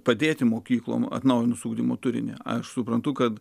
padėti mokykloms atnaujinti ugdymo turinį aš suprantu kad